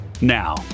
Now